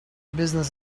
business